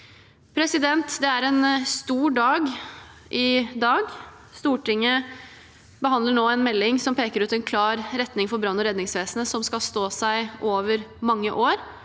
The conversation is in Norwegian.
branner på. Det er en stor dag i dag. Stortinget behandler nå en melding som peker ut en klar retning for brann- og redningsvesenet som skal stå seg over mange år,